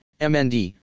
MND